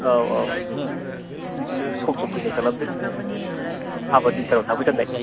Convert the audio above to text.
औ औ बिदिनो सम सम फैनाय खालामदो हाबा दिनथाराव थाफैथारनाय